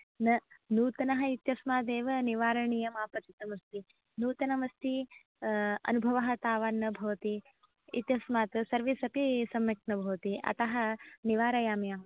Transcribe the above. न नूतनः इत्यस्मादेव निवारणीयम् आपतितमस्ति नूतनमस्ति अनुभवः तावान् न भवति इत्यस्मात् सर्विस् अपि सम्यक् न भवति अतः निवारयामि अहम्